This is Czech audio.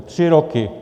Tři roky.